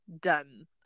done